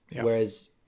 Whereas